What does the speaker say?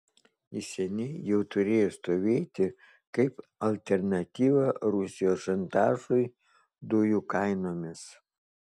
jis seniai jau turėjo stovėti kaip alternatyva rusijos šantažui dujų kainomis